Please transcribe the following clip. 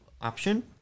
option